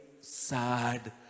sad